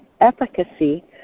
efficacy